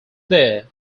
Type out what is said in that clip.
there